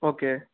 okay